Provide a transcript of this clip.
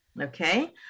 Okay